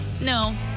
No